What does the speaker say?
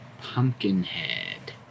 Pumpkinhead